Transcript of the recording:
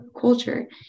culture